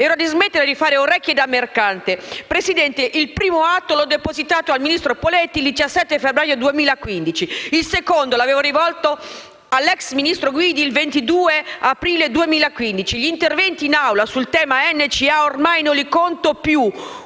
ora di smettere di fare orecchie da mercante. Presidente, il primo atto l'ho depositato all'attenzione del ministro Poletti il 17 febbraio 2015, il secondo l'avevo rivolto all'ex ministro Guidi il 22 aprile 2015, gli interventi in Aula sul tema NCA ormai non li conto più.